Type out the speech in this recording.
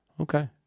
Okay